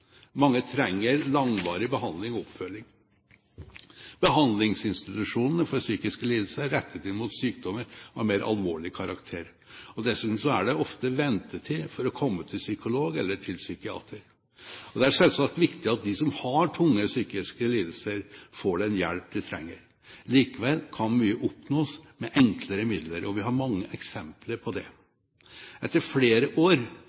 Mange trenger langvarig behandling og oppfølging. Behandlingsinstitusjonene for psykiske lidelser er rettet inn mot sykdommer av mer alvorlig karakter. Dessuten er det ofte ventetid for å komme til psykolog eller til psykiater. Det er selvsagt viktig at de som har tunge psykiske lidelser, får den hjelp de trenger. Likevel kan mye oppnås med enklere midler, og vi har mange eksempler på det. Etter flere år